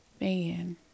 Man